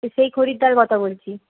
তো সেই খরিদ্দার কথা বলছি